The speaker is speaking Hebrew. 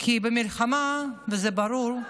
כי במלחמה, וזה ברור,